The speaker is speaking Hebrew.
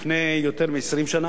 לפני יותר מ-20 שנה,